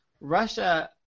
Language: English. Russia